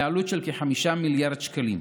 בעלות של כ-5 מיליארד שקלים.